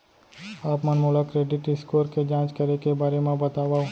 आप मन मोला क्रेडिट स्कोर के जाँच करे के बारे म बतावव?